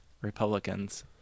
Republicans